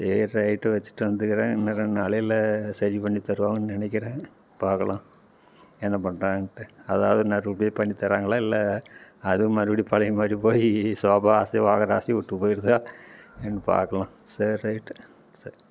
சரி ரைட் வெச்சுட்டு வந்துகிறேன் இன்னும் ரெண்டு நாளையில் சரி பண்ணி தருவாங்கனு நினக்கிறேன் பார்க்கலாம் என்ன பண்ணுறாங்கனுட்டு அதாவது நல்ல உருப்படியா பண்ணித்தரங்களா இல்லை அதுவும் மறுபடி பழைய மாதிரி போய் சோபா ஆசை வாங்கிற ஆசையும் விட்டு போயிடுதோ எப்படினு பார்க்கலாம் சரி ரைட்டு சரி